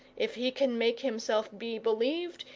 if he can make himself be believed,